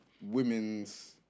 women's